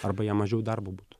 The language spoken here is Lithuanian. arba jam mažiau darbo būtų